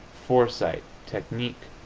foresight, technique,